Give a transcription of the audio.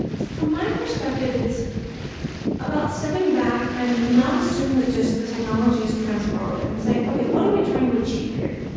from my perspective, it's about stepping back and not assuming that just the technology is transformative, and saying, okay, what are we trying to achieve here?